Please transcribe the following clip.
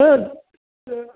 तत्